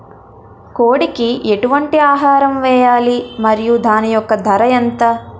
కోడి కి ఎటువంటి ఆహారం వేయాలి? మరియు దాని యెక్క ధర ఎంత?